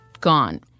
gone